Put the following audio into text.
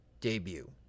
debut